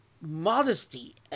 modesty